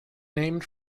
named